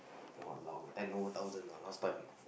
!walao! eh ten over thousand ah last time